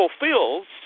fulfills